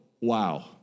wow